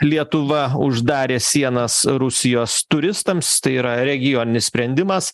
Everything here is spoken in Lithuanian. lietuva uždarė sienas rusijos turistams tai yra regioninis sprendimas